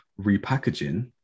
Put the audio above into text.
repackaging